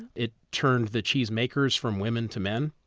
it turned the cheesemakers from women to men.